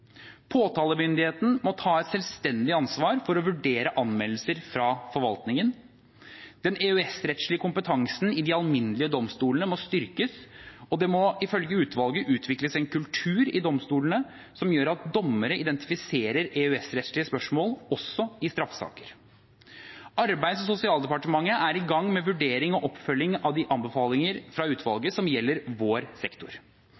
Påtalemyndigheten må ta et selvstendig ansvar for å vurdere anmeldelser fra forvaltningen. Den EØS-rettslige kompetansen i de alminnelige domstolene må styrkes, og det må ifølge utvalget utvikles en kultur i domstolene som gjør at dommere identifiserer EØS-rettslige spørsmål også i straffesaker. Arbeids- og sosialdepartementet er i gang med vurdering og oppfølging av de anbefalingene fra utvalget som gjelder vår sektor.